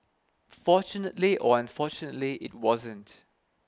fortunately or unfortunately it wasn't